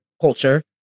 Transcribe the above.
culture